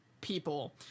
people